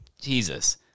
Jesus